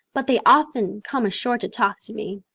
but they often come ashore to talk to me.